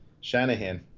Shanahan